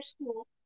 school